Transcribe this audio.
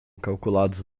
calculados